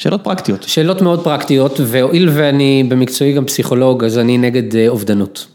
שאלות פרקטיות, שאלות מאוד פרקטיות והואיל ואני במקצועי גם פסיכולוג אז אני נגד אובדנות.